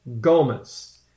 Gomez